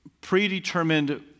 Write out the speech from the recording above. predetermined